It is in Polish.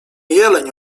jeleń